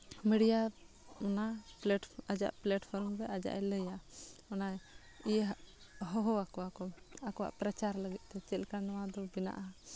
media ᱟᱭᱟᱜ ᱚᱱᱟ ᱟᱭᱟᱜ ᱯᱞᱟᱴᱯᱷᱨᱚᱢ ᱨᱮ ᱟᱭᱟᱜ ᱮ ᱞᱟᱹᱭᱟ ᱚᱱᱟ ᱤᱭᱟᱹ ᱟᱜ ᱦᱚᱦᱚ ᱟᱠᱳᱣᱟ ᱠᱚ ᱟᱠᱚᱣᱟᱜ ᱯᱨᱚᱪᱟᱨ ᱞᱟᱹᱜᱤᱫ ᱛᱮ ᱪᱮᱫ ᱞᱮᱠᱟ ᱱᱚᱣᱟ ᱫᱚ ᱵᱮᱱᱟᱜᱼᱟ